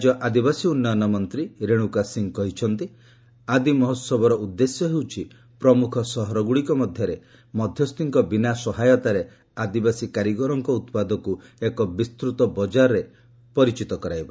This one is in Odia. ରାଜ୍ୟ ଆଦିବାସୀ ଉନ୍ନୟନ ମନ୍ତ୍ରୀ ରେଣୁକା ସିଂ କହିଛନ୍ତି ଆଦି ମହୋହବର ଉଦ୍ଦେଶ୍ୟ ହେଉଛି ପ୍ରମ୍ରଖ ସହରଗ୍ରଡ଼ିକରେ ମଧ୍ୟସ୍ଥିଙ୍କ ବିନା ସହାୟତାରେ ଆଦିବାସୀ କାରିଗରଙ୍କ ଉତ୍ପାଦକୁ ଏକ ବିସ୍ତୃତ ବଜାରରେ ପରିଚିତ କରାଇବା